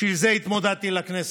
בשביל זה התמודדתי לכנסת.